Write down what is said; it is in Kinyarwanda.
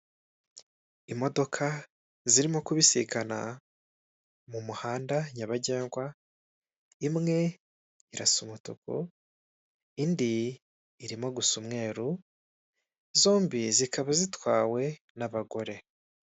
Imodoka zirimo kubisikana mu muhanda nyabagendwa imwe irasa umutuku, indi irimo gusa umweru zombi zikaba zitwawe n'abagore.